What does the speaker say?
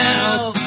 else